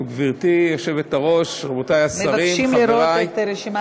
ושוב אני מזמינה את יושב-ראש ועדת החוקה,